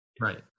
Right